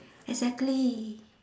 exactly